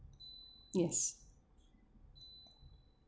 yes